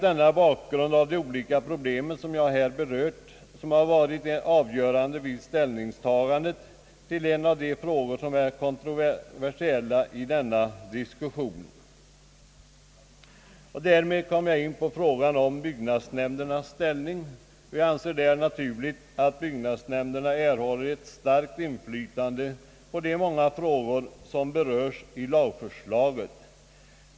Det är sådana problem och synpunkter som varit avgörande för mig vid ställningstagandet till en av de frågor som är kontroversiella i denna diskussion, nämligen byggnadsnämndernas ställning. Jag anser det naturligt, att byggnadsnämnderna erhåller ett starkt inflytande på de många frågor som berörs i lagförslaget.